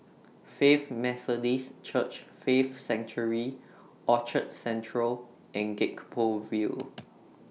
Faith Methodist Church Faith Sanctuary Orchard Central and Gek Poh Ville